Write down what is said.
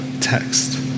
text